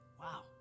Wow